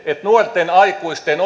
että nuorten aikuisten